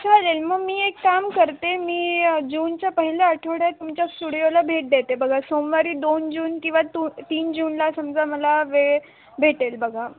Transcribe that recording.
चालेल मग मी एक काम करते मी जूनच्या पहिल्या आठवड्यात तुमच्या स्टुडिओला भेट देते बघा सोमवारी दोन जून किंवा तू तीन जूनला समजा मला वेळ भेटेल बघा